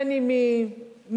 בין אם היא מילולית